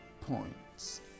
points